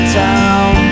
town